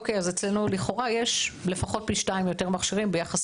אצלנו לכאורה יש לפחות פי שתים יותר מכשירים ביחס